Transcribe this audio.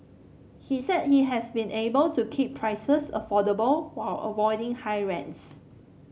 he said he has been able to keep prices affordable while avoiding high rents